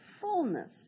fullness